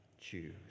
choose